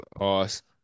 Awesome